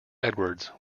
edwards